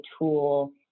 tool